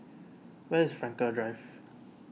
where is Frankel Drive